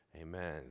Amen